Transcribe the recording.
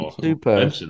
Super